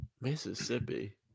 Mississippi